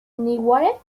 anywhere